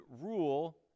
rule